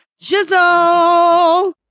Jizzle